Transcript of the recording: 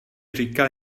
říkal